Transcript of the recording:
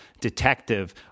Detective